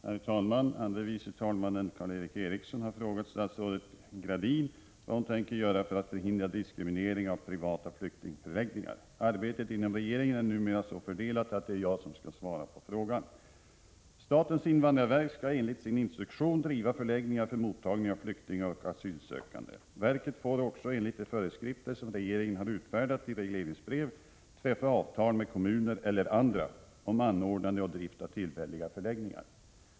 Herr talman! Andre vice talmannen Karl Erik Eriksson har frågat statsrådet Gradin vad hon tänker göra för att förhindra diskriminering av privata flyktingförläggningar. Arbetet inom regeringen är numera så fördelat att det är jag som skall svara på frågan. Statens invandrarverk skall enligt sin instruktion driva förläggningar för mottagning av flyktingar och asylsökande. Verket får också, enligt de föreskrifter som regeringen har utfärdat i regleringsbrev, träffa avtal med kommuner eller andra om anordnande av drift av tillfälliga förläggningar.